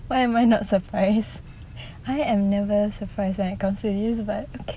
why am I not surprised I am never surprise when it comes to this but